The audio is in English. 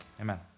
Amen